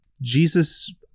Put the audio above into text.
Jesus